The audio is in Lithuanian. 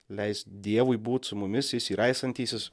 leist dievui būt su mumis jis yra esantysis